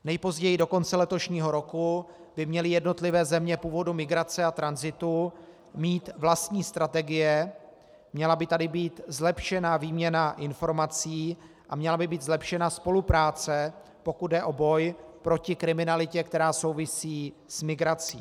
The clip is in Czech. Nejpozději do konce letošního roku by měly jednotlivé země původu migrace a tranzitu mít vlastní strategie, měla by tady být zlepšená výměna informací a měla by být zlepšena spolupráce, pokud jde o boj proti kriminalitě, která souvisí s migrací.